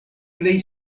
plej